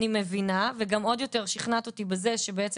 אני מבינה וגם עוד יותר שכנעת אותי בזה שבעצם